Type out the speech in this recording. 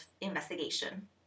investigation